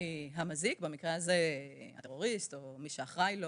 המזיק - במקרה הזה הטרוריסט או מי שאחראי לו,